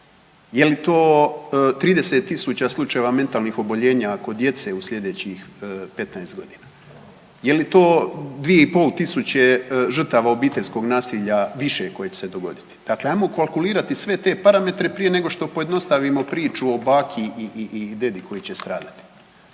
je li to 30.000 slučajeva mentalnih oboljenja kod djece u slijedećih 15.g., je li to 2.500 žrtava obiteljskog nasilja više koje će se dogoditi, dakle ajmo kalkulirati sve te parametre prije nego što pojednostavimo priču o baki i dedi koji će stradati.